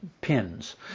pins